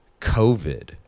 COVID